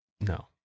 No